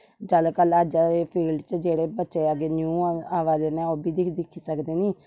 ज्यादा तर अजकल दे फील्ड च जेहडे़ बच्चे अग्गे न्यू अवा दे ना औ वी दिक्खी सकदे नी